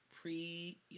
pre